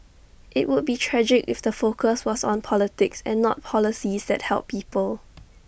IT would be tragic if the focus was on politics and not policies that help people